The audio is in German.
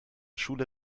schule